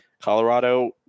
Colorado